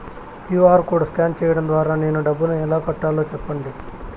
QR code scan సేయడం ద్వారా నేను డబ్బును ఎలా కట్టాలో సెప్పండి?